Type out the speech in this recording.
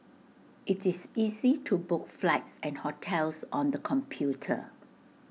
IT is easy to book flights and hotels on the computer